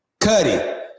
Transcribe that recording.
Cuddy